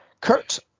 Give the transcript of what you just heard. Kurt